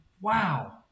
Wow